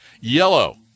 Yellow